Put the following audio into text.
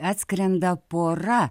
atskrenda pora